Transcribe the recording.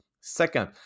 Second